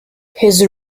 his